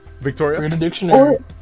Victoria